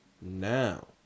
now